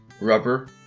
rubber